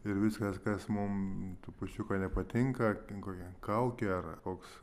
ir viskas kas mum trupučiuką nepatinka ar ten kokia kaukė ar koks